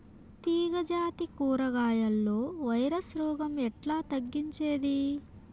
తీగ జాతి కూరగాయల్లో వైరస్ రోగం ఎట్లా తగ్గించేది?